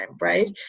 right